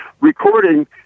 recording